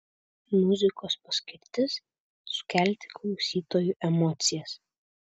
muzikos paskirtis sukelti klausytojui emocijas